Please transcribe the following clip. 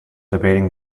debating